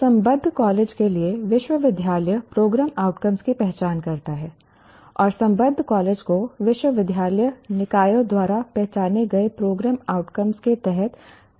एक संबद्ध कॉलेज के लिए विश्वविद्यालय प्रोग्राम आउटकम की पहचान करता है और संबद्ध कॉलेज को विश्वविद्यालय निकायों द्वारा पहचाने गए प्रोग्राम आउटकम के तहत काम करना होगा